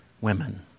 women